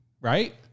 Right